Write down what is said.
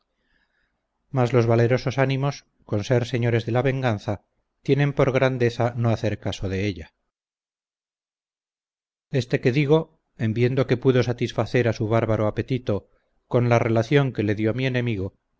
mas los valerosos ánimos con ser señores de la venganza tienen por grandeza no hacer caso de ella este que digo en viendo que pudo satisfacer a su bárbaro apetito con la relación que le dió mi enemigo